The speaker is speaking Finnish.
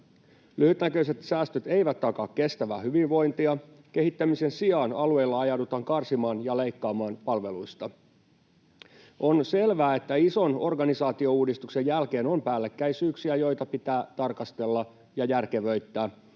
Lyhytnäköiset säästöt eivät takaa kestävää hyvinvointia. Kehittämisen sijaan alueilla ajaudutaan karsimaan ja leikkaamaan palveluista. On selvää, että ison organisaatiouudistuksen jälkeen on päällekkäisyyksiä, joita pitää tarkastella ja järkevöittää.